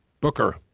Booker